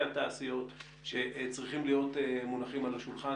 התעשיות שצריכים להיות מונחים על השולחן.